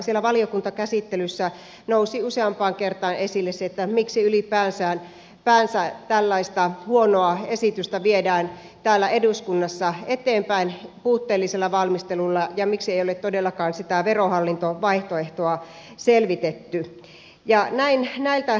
siellä valiokuntakäsittelyssä nousi useampaan kertaan esille se että miksi ylipäänsä tällaista huonoa esitystä viedään täällä eduskunnassa eteenpäin puutteellisella valmistelulla ja miksi ei ole todellakaan sitä verohallinto vaihtoehtoa selvitetty